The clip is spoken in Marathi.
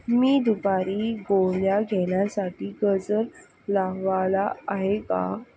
मी दुपारी गोळ्या घेण्यासाठी गजर लावला आहे का